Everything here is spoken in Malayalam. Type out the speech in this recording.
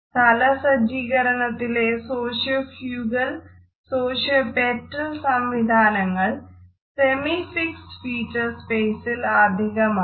സ്ഥലസജ്ജീകരണത്തിലെ സോഷ്യോ ഫ്യൂഗൽ സംവിധാനങ്ങൾ സെമിഫിക്സഡ് ഫീച്ചർ സ്പേസിൽ ഏറ്റവും അധികമാണ്